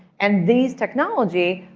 and these technology,